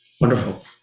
wonderful